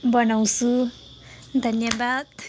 बनाउँछु धन्यवाद